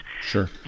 Sure